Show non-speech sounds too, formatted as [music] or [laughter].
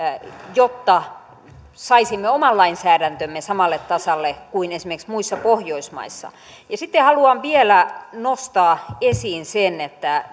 jotta saisimme oman lainsäädäntömme samalle tasolle kuin esimerkiksi muissa pohjoismaissa sitten haluan vielä nostaa esiin sen että [unintelligible]